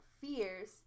fears